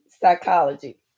psychology